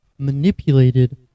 manipulated